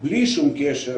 בלי קשר,